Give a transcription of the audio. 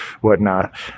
whatnot